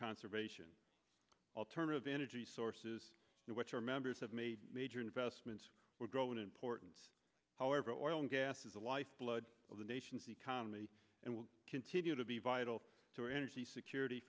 conservation alternative energy sources which are members have made major investments will grow in importance however oil and gas is the lifeblood of the nation's economy and will continue to be vital to our energy security